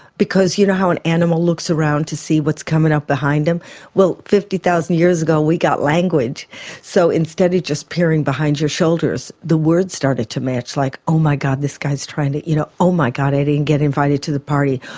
because you know how an animal looks around to see what's coming up behind him well fifty thousand years ago we got language so instead of just peering behind your shoulders the words started to match, like oh, my god this guy is trying to. you know oh, my god i didn't get invited to the party.